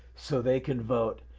so they can vote,